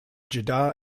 jeddah